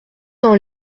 dans